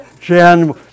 Jan